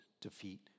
defeat